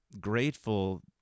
grateful